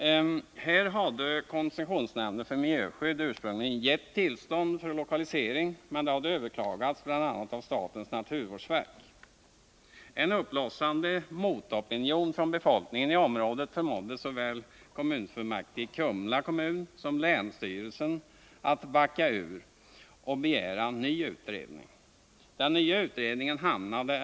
Här hade koncessionsnämnden för miljöskydd ursprungligen gett tillstånd för lokalisering, men det hade överklagats av bl.a. statens naturvårdsverk. En uppblossande motopinion från befolkningen i området förmådde såväl kommunfullmäktige i Kumla som länsstyrelsen att backa ur och begära en ny utredning.